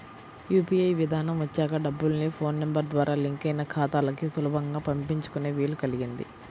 UPI విధానం వచ్చాక డబ్బుల్ని ఫోన్ నెంబర్ ద్వారా లింక్ అయిన ఖాతాలకు సులభంగా పంపించుకునే వీలు కల్గింది